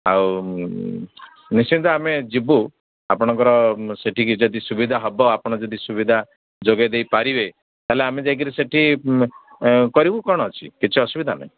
ଆଉ ନିଶ୍ଚିନ୍ତ ଆମେ ଯିବୁ ଆପଣଙ୍କର ସେଠିକି ଯଦି ସୁବିଧା ହବ ଆପଣ ଯଦି ସୁବିଧା ଯୋଗେଇ ଦେଇପାରିବେ ତାହେଲେ ଆମେ ଯାଇକିରି ସେଠି କରିବୁ କ'ଣ ଅଛି କିଛି ଅସୁବିଧା ନାହିଁ